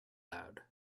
loud